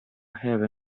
have